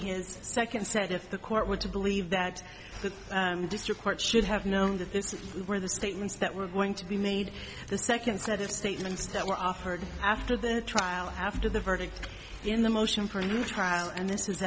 his second set if the court were to believe that the district court should have known that this is where the statements that were going to be made the second set of statements that were offered after the trial after the verdict in the motion for a new trial and this is